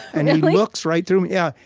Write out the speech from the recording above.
and he looks right through me. yeah,